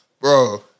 bro